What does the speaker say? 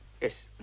Yes